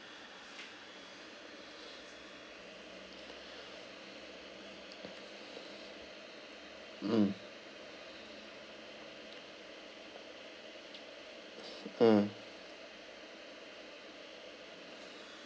mm mm